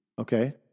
Okay